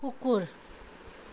कुकुर